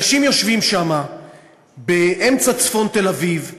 אנשים יושבים שם באמצע צפון תל-אביב בצריפים,